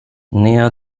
near